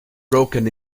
broken